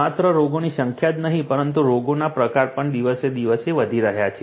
માત્ર રોગોની સંખ્યા જ નહીં પરંતુ રોગોના પ્રકારો પણ દિવસેને દિવસે વધી રહ્યા છે